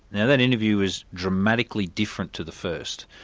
now that interview was dramatically different to the first.